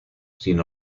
sin